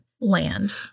land